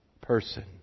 person